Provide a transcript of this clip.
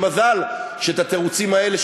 שמזל שאת התירוצים האלה,